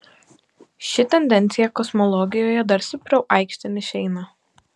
ši tendencija kosmologijoje dar stipriau aikštėn išeina